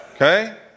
Okay